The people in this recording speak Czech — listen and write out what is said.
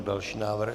Další návrh.